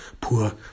poor